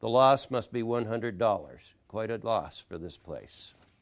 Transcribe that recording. the last must be one hundred dollars quite a loss for this place